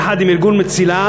יחד עם ארגון מציל"ה,